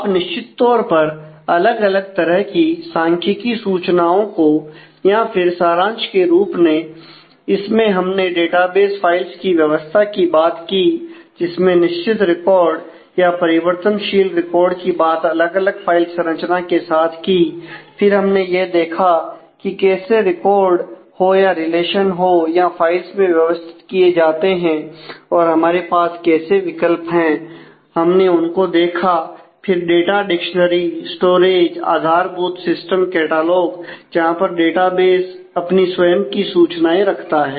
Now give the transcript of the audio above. आप निश्चित तौर पर अलग अलग तरह की सांख्यिकी सूचनाओं को या फिर सारांश के रूप में इसमें हमने डेटाबेस फाइल्स की व्यवस्था की बात की जिसमें निश्चित रिकॉर्ड या परिवर्तनशील रिकॉर्ड की बात अलग अलग फाइल संरचना के साथ की फिर हमने यह देखा कि कैसे रिकॉर्ड हो या रिलेशन हो फाइल्स में व्यवस्थित किए जाते हैं और हमारे पास कैसे विकल्प हैं हमने उनको देखा फिर डाटा डिक्शनरी स्टोरेज आधारभूत सिस्टम कैटलॉग जहां पर डेटाबेस अपनी स्वयं की सूचनाएं रखता है